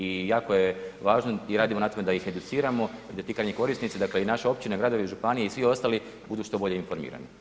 I jako je važno i radimo na tome da ih educiramo i da ti krajnji korisnici dakle i naše općine i gradovi županije i svi ostali budu što bolje informirani.